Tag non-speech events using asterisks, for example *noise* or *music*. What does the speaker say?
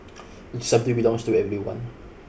*noise* it's something belongs to everyone